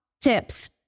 tips